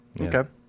Okay